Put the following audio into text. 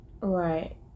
right